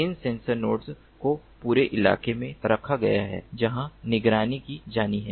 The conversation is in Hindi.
इन सेंसर नोड्स को पूरे इलाके में रखा गया है जहाँ निगरानी की जानी है